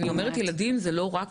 כאשר אני אומרת ׳ילדים׳ אני לא מתכוונת